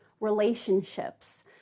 relationships